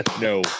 no